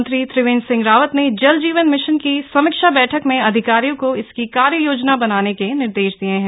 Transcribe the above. मुख्यमंत्री त्रिवेंद्र सिंह रावत ने जल जीवन मिशन की समीक्षा बैठक में अधिकारियों को इसकी कार्य योजना बनाने के निर्देश दिये हैं